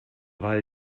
weil